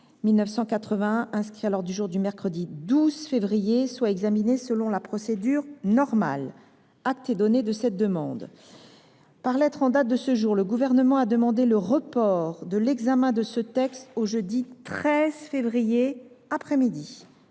1981, inscrit à l’ordre du jour du mercredi 12 février soit examiné selon la procédure normale. Acte est donné de cette demande. Par lettre en date de ce jour, le Gouvernement a demandé le report de l’examen du projet de loi autorisant